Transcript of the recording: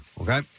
Okay